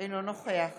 אינו נוכח